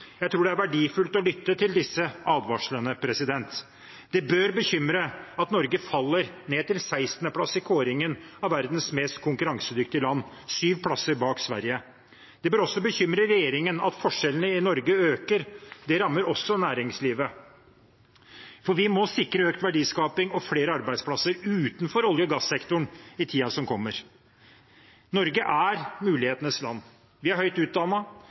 Jeg tror det er verdifullt å lytte til disse advarslene. Det bør bekymre at Norge faller ned til 16. plass i kåringen av verdens mest konkurransedyktige land – syv plasser bak Sverige. Det bør også bekymre regjeringen at forskjellene i Norge øker. Det rammer også næringslivet. Vi må sikre økt verdiskaping og flere arbeidsplasser utenfor olje- og gassektoren i tiden som kommer. Norge er mulighetenes land. Vi er høyt